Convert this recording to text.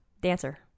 Dancer